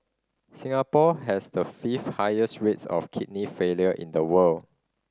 Singapore has the fifth highest rates of kidney failure in the world